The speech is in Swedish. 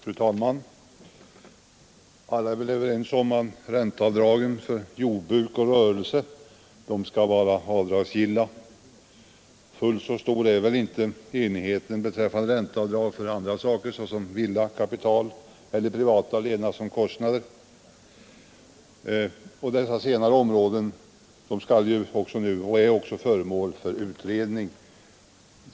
Fru talman! Alla är väl överens om att räntor för jordbruk och rörelse skall vara avdragsgilla. Fullt så stor är väl inte enigheten beträffande ränteavdrag för villa, kapital eller privata levnadsomkostnader. Dessa senare områden är nu också föremål för utredning.